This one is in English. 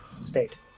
state